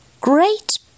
Great